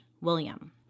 william